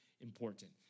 important